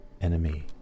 enemy